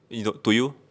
to you